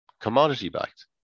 commodity-backed